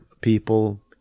people